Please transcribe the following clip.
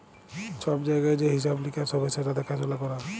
ছব জায়গায় যে হিঁসাব লিকাস হ্যবে সেট দ্যাখাসুলা ক্যরা